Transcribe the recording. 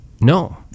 No